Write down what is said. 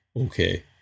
okay